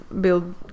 build